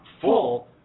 full